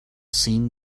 seen